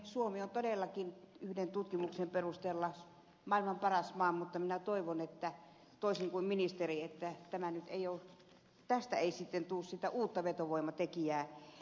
suomi on todellakin yhden tutkimuksen perusteella maailman paras maa mutta minä toivon toisin kuin ministeri että tästä ei sitten tule sitä uutta vetovoimatekijää